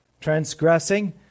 transgressing